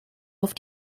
auf